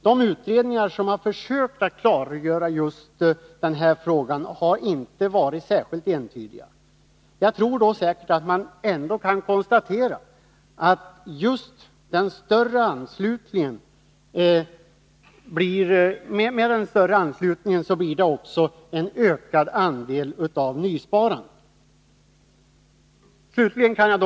De utredningar som har försökt att klargöra den saken har inte varit särskilt entydiga. Jag tror dock att man ändå kan konstatera att just med den större anslutningen blir det också en ökad andel av nysparande.